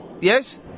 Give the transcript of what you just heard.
Yes